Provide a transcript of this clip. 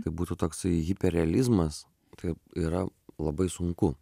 tai būtų toksai hiper realizmas taip yra labai sunku